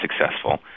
successful